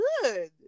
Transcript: good